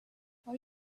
are